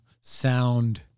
sound